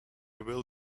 will